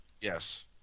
Yes